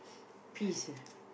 peace ah